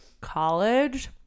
college